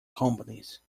companies